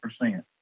percent